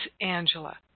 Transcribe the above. Angela